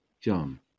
John